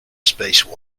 space